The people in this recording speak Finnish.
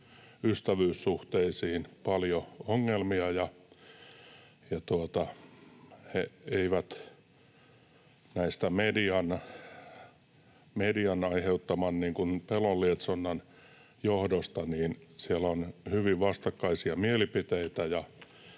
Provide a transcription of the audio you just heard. ystävyyssuhteisiin paljon ongelmia. Median aiheuttaman pelonlietsonnan johdosta siellä on hyvin vastakkaisia mielipiteitä,